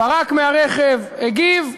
הוא פרק מהרכב, הגיב,